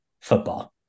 football